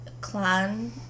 clan